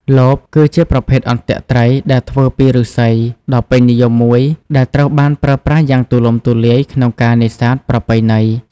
លប គឺជាប្រភេទអន្ទាក់ត្រីដែលធ្វើពីឫស្សីដ៏ពេញនិយមមួយដែលត្រូវបានប្រើប្រាស់យ៉ាងទូលំទូលាយក្នុងការនេសាទប្រពៃណី។